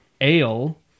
ale